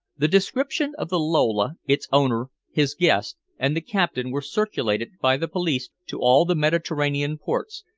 the description of the lola, its owner, his guest, and the captain were circulated by the police to all the mediterranean ports,